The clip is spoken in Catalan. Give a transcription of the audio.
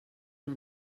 una